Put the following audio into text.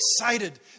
excited